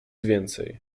więcej